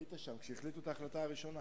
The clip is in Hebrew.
היית שם, כשהחליטו את ההחלטה הראשונה.